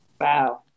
Wow